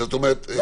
אני